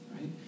right